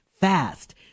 fast